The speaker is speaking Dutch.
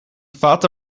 fata